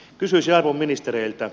kysyisin arvon ministereiltä